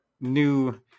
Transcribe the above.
new